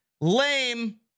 Lame